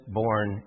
born